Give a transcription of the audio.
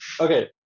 Okay